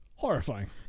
horrifying